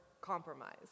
compromise